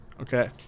okay